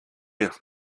looks